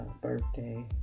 birthday